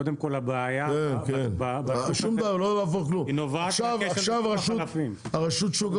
קודם כל הבעיה --- היא נובעת מכשל --- כן,